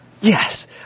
yes